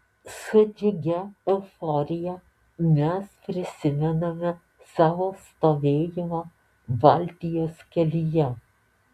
su džiugia euforija mes prisimename savo stovėjimą baltijos kelyje